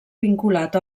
vinculat